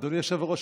" אדוני היושב-ראש,